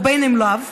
ואם לאו.